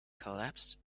collapsed